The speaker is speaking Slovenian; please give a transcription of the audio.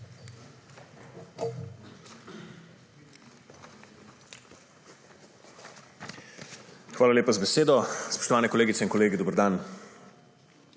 Hvala lepa za besedo. Spoštovane kolegice in kolegi, dober dan!